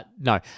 No